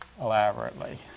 elaborately